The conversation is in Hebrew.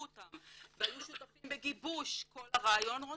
אותם והיו שותפים בגיבוש כל הרעיונות